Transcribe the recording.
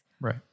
right